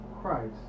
Christ